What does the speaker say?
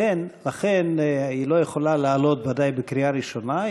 לכן היא לא יכולה לעלות, ודאי, לקריאה ראשונה.